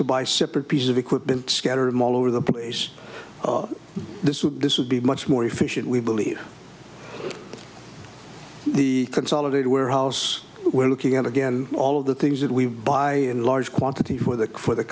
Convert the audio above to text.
to buy separate pieces of equipment scattered all over the place this would be much more efficient we believe the consolidated warehouse we're looking at again all of the things that we buy in large quantities for the for the